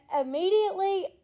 immediately